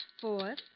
fourth